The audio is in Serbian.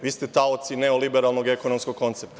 Vi ste taoci neoliberalnog ekonomskog koncepta.